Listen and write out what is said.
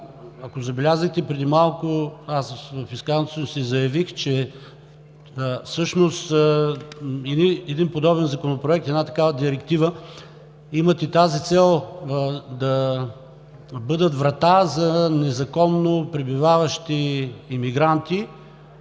Ако забелязахте, преди малко в изказването си заявих, че всъщност подобен законопроект, една такава директива имат и тази цел – да бъдат врата за незаконно пребиваващи имигранти.